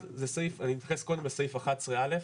אני אתייחס קודם לסעיף 11א',